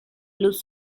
luz